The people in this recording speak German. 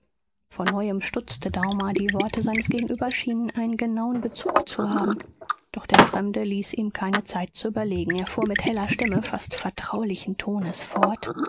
von neuem stutzte daumer die worte seines gegenüber schienen einen genauen bezug zu haben doch der fremde ließ ihm keine zeit zu überlegen er fuhr mit heller stimme fast vertraulichen tones fort